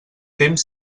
temps